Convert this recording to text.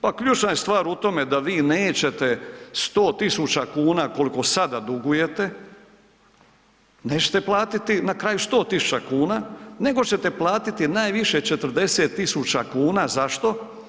Pa ključna je stvar u tome da vi nećete 100 tisuća kuna, koliko sada dugujete, nećete platiti na kraju 100 tisuća kuna, nego ćete platiti najviše 40 tisuća kuna, zašto?